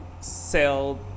sell